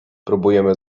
próbujemy